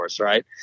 right